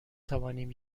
توانیم